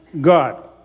God